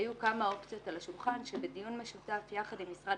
היו כמה אופציות על השולחן ובדיון משותף יחד עם משרד